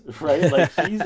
right